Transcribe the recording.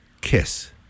kiss